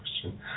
question